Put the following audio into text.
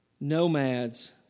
nomads